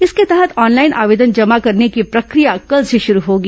इसके तहत ऑनलाइन आवेदन जमा करने की प्रक्रिया कल से शुरू होगी